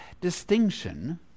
distinction